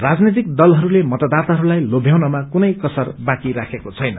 राजनैतिक दलहरूले मतदाताहरूलाई लोभ्याउनमा कुनै कसर बाँकी राखेको छैन